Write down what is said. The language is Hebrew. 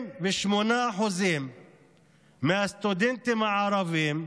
78% מהסטודנטים הערבים,